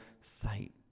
sight